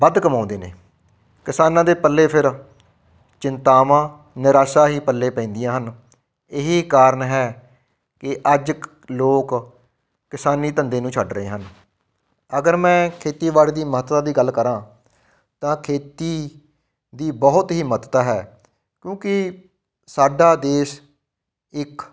ਵੱਧ ਕਮਾਉਂਦੇ ਨੇ ਕਿਸਾਨਾਂ ਦੇ ਪੱਲੇ ਫਿਰ ਚਿੰਤਾਵਾਂ ਨਿਰਾਸ਼ਾ ਹੀ ਪੱਲੇ ਪੈਂਦੀਆਂ ਹਨ ਇਹੀ ਕਾਰਨ ਹੈ ਕਿ ਅੱਜ ਕ ਲੋਕ ਕਿਸਾਨੀ ਧੰਦੇ ਨੂੰ ਛੱਡ ਰਹੇ ਹਨ ਅਗਰ ਮੈਂ ਖੇਤੀਬਾੜੀ ਦੀ ਮਹੱਤਤਾ ਦੀ ਗੱਲ ਕਰਾਂ ਤਾਂ ਖੇਤੀ ਦੀ ਬਹੁਤ ਹੀ ਮਹੱਤਤਾ ਹੈ ਕਿਉਂਕਿ ਸਾਡਾ ਦੇਸ਼ ਇੱਕ